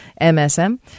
MSM